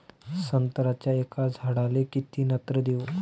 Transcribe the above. संत्र्याच्या एका झाडाले किती नत्र देऊ?